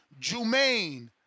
Jumaine